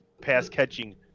pass-catching